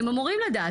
אתם אמורים לדעת,